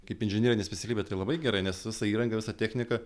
kaip inžinerinė specialybė tai labai gerai nes visa įranga visa technika